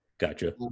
Gotcha